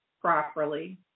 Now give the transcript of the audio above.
properly